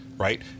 Right